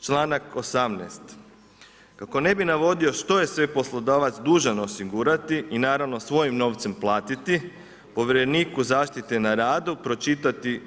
Članak 18. kako ne bi navodio što je sve poslodavac dužan osigurati i naravno svojim novcem platiti, povjereniku zaštite na radu pročitati …